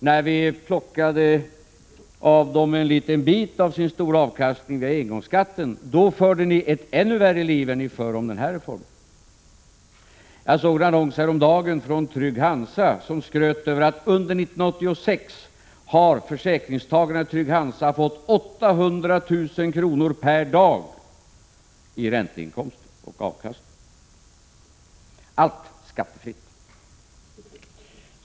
När vi plockade av dem en liten bit av deras stora avkastning via engångsskatten, förde ni ett ännu större liv än ni för om den här reformen. Jag såg en annons häromdagen från Trygg-Hansa, som skröt över att försäkringstagarna i Trygg-Hansa under 1986 har fått 800 000 kr. per dag i ränteinkomster och avkastning — allt skattefritt.